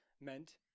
meant